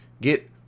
get